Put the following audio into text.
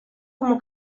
como